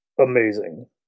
amazing